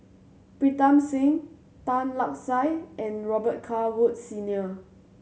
Pritam Singh Tan Lark Sye and Robet Carr Woods Senior